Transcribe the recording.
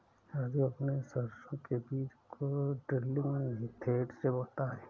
राजू अपने सरसों के बीज को ड्रिलिंग मेथड से बोता है